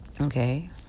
Okay